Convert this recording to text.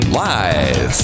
live